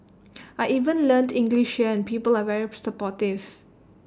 I even learnt English here and people are very supportive